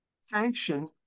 sanction